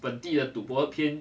本地的赌博片